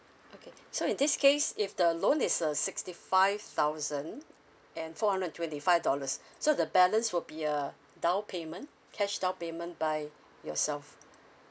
okay so in this case if the loan is uh sixty five thousand and four hundred and twenty five dollars so the balance will be uh down payment cash down payment by yourself